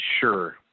Sure